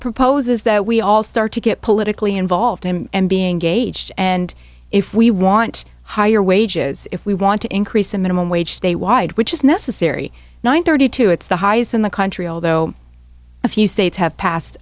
propose is that we all start to get politically involved and being gauged and if we want higher wages if we want to increase the minimum wage statewide which is necessary one thirty two it's the highest in the country although a few states have passed